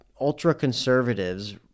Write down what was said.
ultra-conservatives